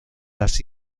las